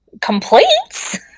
complaints